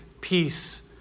peace